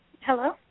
Hello